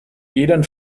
jeden